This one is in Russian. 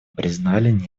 признали